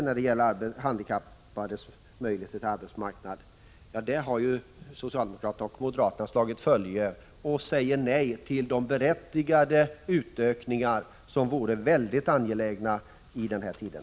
När det gäller de handikappades möjligheter på arbetsmarknaden har ju socialdemokraterna och moderaterna slagit följe och säger nej till de berättigade utökningar som vore utomordentligt angelägna i dessa tider.